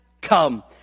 come